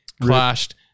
clashed